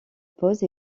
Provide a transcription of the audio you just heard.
pause